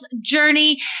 journey